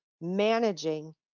managing